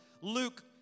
Luke